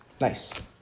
Nice